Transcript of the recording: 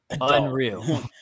unreal